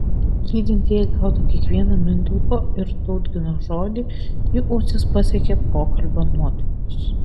lydintieji gaudo kiekvieną mindaugo ir tautgino žodį jų ausis pasiekia pokalbio nuotrupos